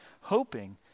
hoping